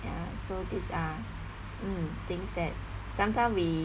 ya so this are mm things that sometime we